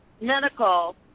medical